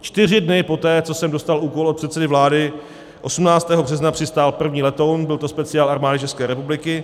Čtyři dny poté, co jsem dostal úkol od předsedy vlády, 18. března, přistál první letoun, byl to speciál Armády České republiky.